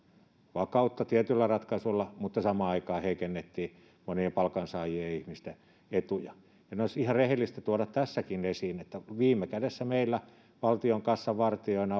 vakautta tietyllä ratkaisulla mutta saman aikaan heikennettiin monien palkansaajien ja ihmisten etuja ja ne olisi ihan rehellistä tuoda tässäkin esiin viime kädessä meillä valtionkassan vartijoina